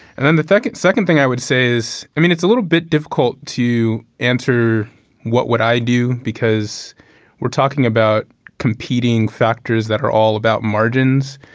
and then the second second thing i would say is i mean it's a little bit difficult to answer what would i do. because we're talking about competing factors that are all about margins.